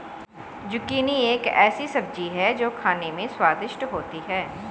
zucchini एक ऐसी सब्जी है जो खाने में स्वादिष्ट होती है